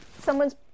Someone's